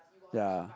ya